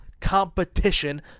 competition